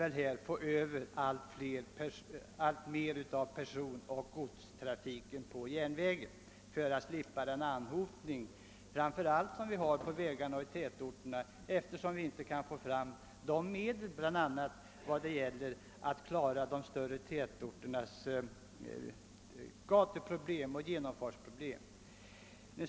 Man önskar att så mycket som möjligt av personoch godstrafiken skall gå via järnvägen så att vi slipper en anhopning på vägarna, eftersom det är svårt att klara framför allt de större tätorternas gatuoch genomfartsproblem.